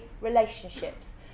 relationships